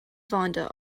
vonda